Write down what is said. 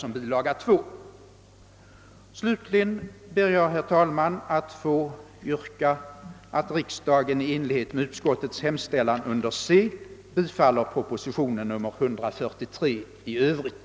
Slutligen yrkar jag, att riksdagen i enlighet med utskottets hemställan under c bifaller propositionen nr 143 i övrigt.